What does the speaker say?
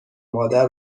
مادر